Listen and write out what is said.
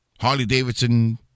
Harley-Davidson